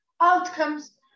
outcomes